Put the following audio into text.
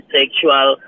sexual